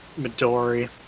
Midori